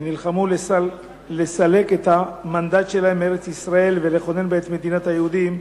שנלחמו לסלק את המנדט מארץ-ישראל ולכונן בה את מדינת היהודים.